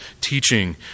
teaching